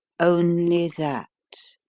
only that,